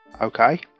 Okay